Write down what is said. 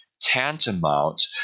tantamount